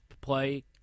play